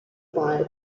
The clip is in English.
buyer